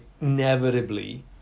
inevitably